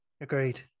Agreed